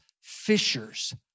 fishers